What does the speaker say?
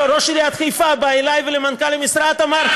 ראש עיריית חיפה בא אלי ולמנכ"ל המשרד ואמר,